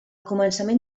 començament